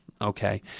Okay